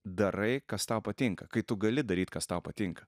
darai kas tau patinka kai tu gali daryt kas tau patinka